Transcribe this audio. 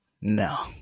No